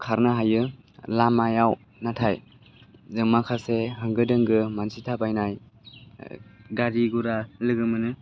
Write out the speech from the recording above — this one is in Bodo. खारनो हायो लामायाव नाथाय जों माखासे होंगो दोंगो मानसि थाबायनाय गारि गरा लोगो मोनो